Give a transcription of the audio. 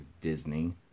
Disney